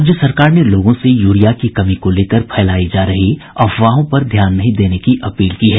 राज्य सरकार ने लोगों से यूरिया की कमी को लेकर फैलायी जा रही अफवाहों पर ध्यान नहीं देने की अपील की है